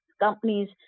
companies